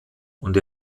und